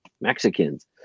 Mexicans